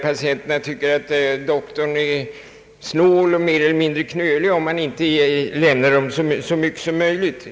Patienterna kan tycka att doktorn är snål och mer eller mindre knölaktig om han inte skriver ut så mycket medicin som möjligt.